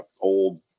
old